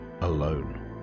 alone